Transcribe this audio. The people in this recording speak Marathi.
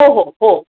हो हो हो